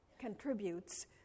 contributes